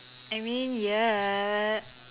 I mean ya